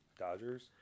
Dodgers